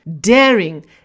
daring